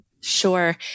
Sure